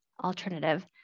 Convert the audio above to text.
alternative